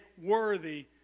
worthy